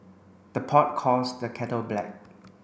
the pot calls the kettle black